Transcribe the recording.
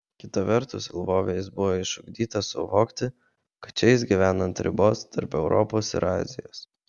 kita vertus lvove jis buvo išugdytas suvokti kad čia jis gyvena ant ribos tarp europos ir azijos